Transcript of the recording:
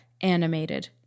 animated